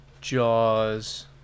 Jaws